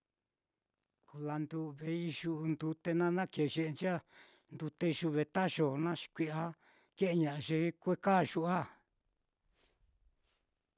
Ko landu've iyu'u ndute naá na kee ye'encha'a, ndute yuve tayoo naá, xi kui'ya ke'eña'a ye kue'e kayu á.